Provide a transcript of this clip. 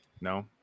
No